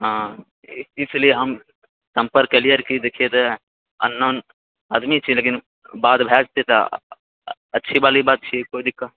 हँ इसलिए हम सम्पर्क केलिऐ कि देखिऐ अननोन आदमी छी लेकिन बात भए जेतै तऽ अच्छी वाली बात छी कोइ दिक्कत